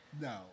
No